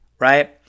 right